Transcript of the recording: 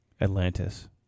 Atlantis